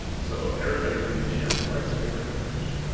so everybody's thinking, gee, i'd like to paint like the french.